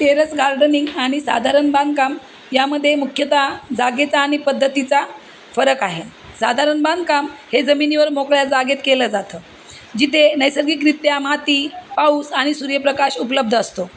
terrace gardening आणि साधारण बागकाम यामध्ये मुख्यतः जागेचा आणि पद्धतीचा फरक आहे साधारण बागकाम हे जमिनीवर मोकळ्या जागेत केलं जातं जिथे नैसर्गिकरित्या माती पाऊस आणि सूर्यपकाश उपलब्ध असतो